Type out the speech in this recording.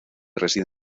reside